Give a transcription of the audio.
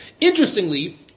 Interestingly